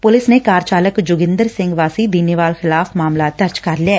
police ਨੇ car ਚਾਲਕ ਜੋਗਿੰਦਰ ਸਿੰਘ ਵਾਸੀ ਦੀਨੇਵਾਲ ਖਿਲਾਫ ਮਾਮਲਾ ਦਰਜ ਕਰ ਲਿਐ